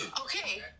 Okay